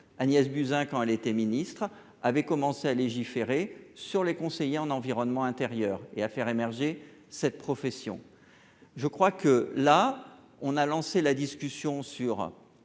Agnès Buzyn quand elle était ministre, avait commencé à légiférer sur les conseillers en environnement intérieur et à faire émerger cette profession, je crois que là on a lancé la discussion sur,